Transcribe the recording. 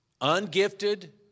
ungifted